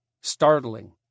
startling